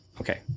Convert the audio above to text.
Okay